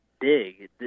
big